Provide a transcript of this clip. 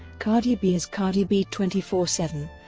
cardi b is cardi b twenty four seven,